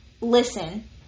listen